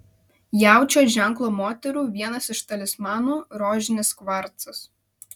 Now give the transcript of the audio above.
jaučio ženklo moterų vienas iš talismanų rožinis kvarcas